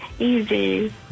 Easy